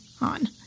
on